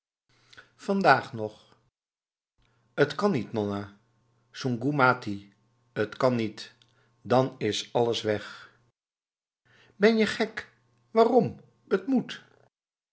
vandaag nog het kan niet nonna soenggoe mati het kan niet dan is alles weg ben je gek waarom het moet